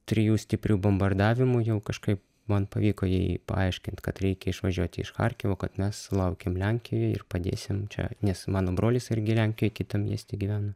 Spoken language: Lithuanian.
trijų stiprių bombardavimų jau kažkaip man pavyko jai paaiškint kad reikia išvažiuoti iš charkivo kad mes laukiam lenkijoj ir padėsim čia nes mano brolis irgi lenkijoj kitam mieste gyvena